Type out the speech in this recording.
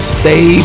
stay